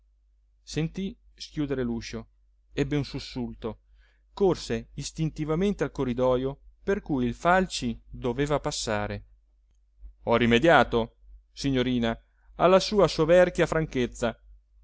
sentì schiudere l'uscio ebbe un sussulto corse istintivamente al corridojo per cui il falci doveva passare ho rimediato signorina alla sua soverchia franchezza